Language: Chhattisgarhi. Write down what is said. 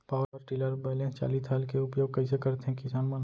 पावर टिलर बैलेंस चालित हल के उपयोग कइसे करथें किसान मन ह?